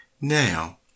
Now